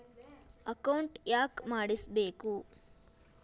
Account ಯಾಕ್ ಮಾಡಿಸಬೇಕು?